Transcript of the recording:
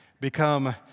become